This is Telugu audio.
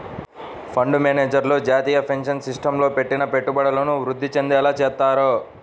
ఫండు మేనేజర్లు జాతీయ పెన్షన్ సిస్టమ్లో పెట్టిన పెట్టుబడులను వృద్ధి చెందేలా చూత్తారు